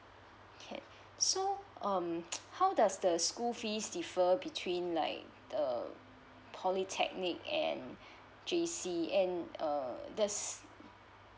okay so um how does the school fees differ between like err polytechnic and J_C and um does